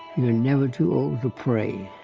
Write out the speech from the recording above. you're never too old to pray.